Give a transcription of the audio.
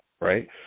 right